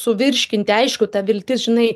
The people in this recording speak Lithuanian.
suvirškinti aišku ta viltis žinai